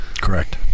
Correct